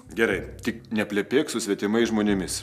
gerai tik neplepėk su svetimais žmonėmis